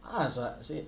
a'ah sia